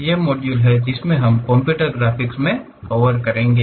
ये मॉड्यूल हैं जो हम कंप्यूटर ग्राफिक्स में कवर करेंगे